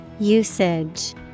usage